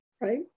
right